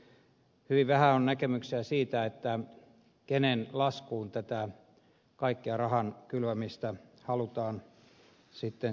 hyvin vähän on näkemyksiä siitä kenen laskuun tätä kaikkea rahan kylvämistä halutaan siirtää